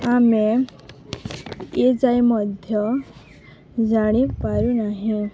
ଆମେ ଏ ଯାଇ ମଧ୍ୟ ଜାଣିପାରୁନାହିଁ